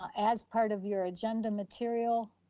as part of your agenda material.